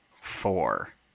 four